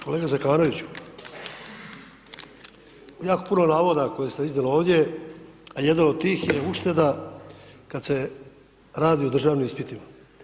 Kolega Zekanoviću, jako puno navoda koje ste iznijeli ovdje, a jedan od tih je ušteda kad se radi o državnim ispitima.